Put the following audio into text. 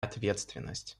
ответственность